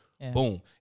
Boom